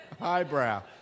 eyebrow